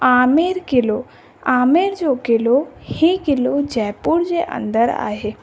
आमेर क़िलो आमेर जो क़िलो इहो क़िलो जयपुर जे अंदरि आहे